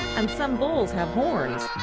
and some bulls have horns.